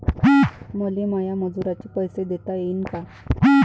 मले माया मजुराचे पैसे देता येईन का?